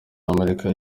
amerika